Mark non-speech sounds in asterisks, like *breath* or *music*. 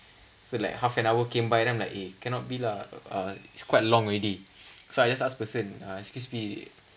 so like half an hour came by then I'm like eh cannot be lah uh it's quite long already *breath* so I just ask the person uh excuse me